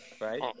right